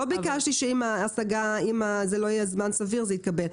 לא ביקשתי שאם זה לא יהיה זמן סביר, ההשגה תתקבל.